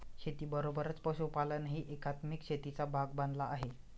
शेतीबरोबरच पशुपालनही एकात्मिक शेतीचा भाग बनला आहे